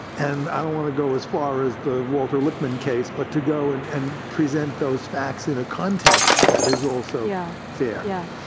and i don't wanna go as far as the walter lippmann case, but to go and and present those facts in a context that is also yeah fair? yeah,